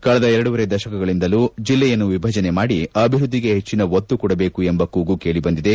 ಕಳೆದ ಎರಡೂವರೆ ದಶಕಗಳಿಂದಲೂ ಜಿಲ್ಲೆಯನ್ನು ವಿಭಜನೆ ಮಾಡಿ ಅಭಿವೃದ್ಧಿಗೆ ಹೆಚ್ಚಿನ ಒತ್ತು ಕೊಡಬೇಕು ಎಂಬ ಕೂಗು ಕೇಳಬಂದಿದೆ